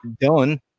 done